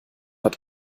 hat